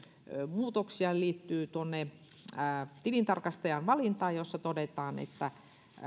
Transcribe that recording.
muutoksia liittyy tilintarkastajan valintaan josta todetaan että